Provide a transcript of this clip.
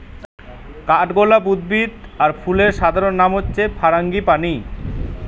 কাঠগোলাপ উদ্ভিদ আর ফুলের সাধারণ নাম হচ্ছে ফারাঙ্গিপানি